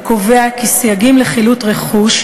הקובע סייגים לחילוט רכוש,